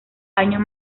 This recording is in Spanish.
años